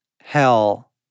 hell